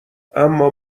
اما